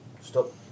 Stop